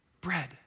bread